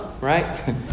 right